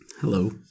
Hello